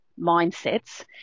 mindsets